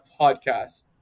Podcast